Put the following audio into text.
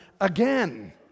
again